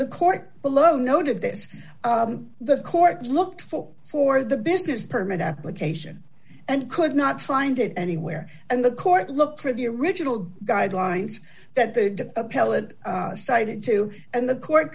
the court below note of this the court looked for for the business permit application and could not find it anywhere and the court looked for the original guidelines that the appellate cited to and the court